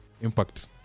Impact